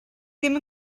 ddim